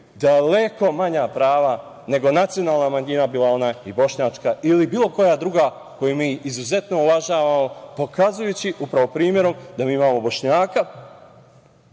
daleko manja prava nego nacionalna manjina bila ona bošnjačka ili bilo koja druga koju mi izuzetno uvažavamo pokazujući upravo primerom da mi imamo Bošnjaka